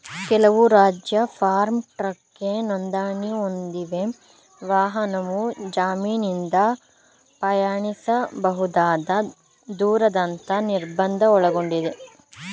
ಕೆಲವು ರಾಜ್ಯ ಫಾರ್ಮ್ ಟ್ರಕ್ಗೆ ನೋಂದಣಿ ಹೊಂದಿವೆ ವಾಹನವು ಜಮೀನಿಂದ ಪ್ರಯಾಣಿಸಬಹುದಾದ ದೂರದಂತ ನಿರ್ಬಂಧ ಒಳಗೊಂಡಿದೆ